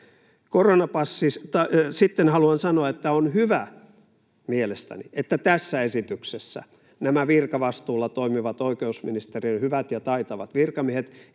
Sitten haluan sanoa, että on mielestäni hyvä, että tässä esityksessä nämä virkavastuulla toimivat oikeusministeriön hyvät ja taitavat virkamiehet